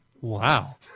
wow